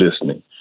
listening